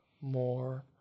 more